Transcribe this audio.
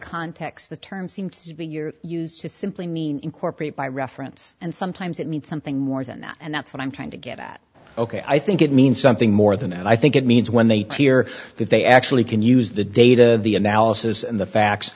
context the term seems to be you're used to simply mean incorporate by reference and sometimes it means something more than that and that's what i'm trying to get at ok i think it means something more than that i think it means when they tear that they actually can use the data the analysis and the facts